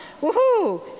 Woohoo